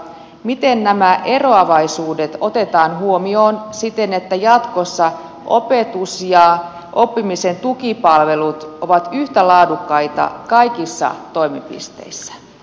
miten nämä eroavaisuudet otetaan huomioon siten että jatkossa opetus ja oppimisen tukipalvelut ovat yhtä laadukkaita kaikissa toimipisteissä